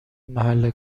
محل